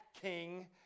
king